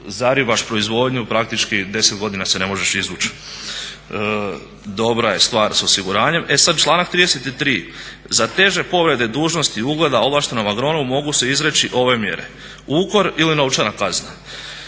zaribaš proizvodnju praktički 10 godina se ne možeš izvući. Dobra je stvar sa osiguranjem. E sad, članak 33.za teže povrede dužnosti, ugleda ovlaštenom agronomu mogu se izreći ove mjere ukor ili novčana kazna.